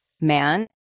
man